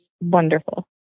wonderful